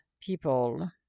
people